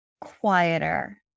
quieter